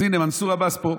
אז הינה, מנסור עבאס פה.